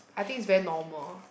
I think it's very normal